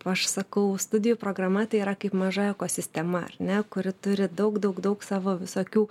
aš sakau studijų programa tai yra kaip maža ekosistema ar ne kuri turi daug daug daug savo visokių